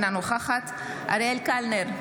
אינה נוכחת אריאל קלנר,